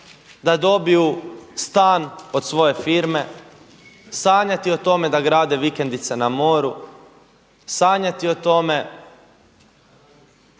da dobiju stan od svoje firme, sanjati o tome da grade vikendice na moru, sanjati o tome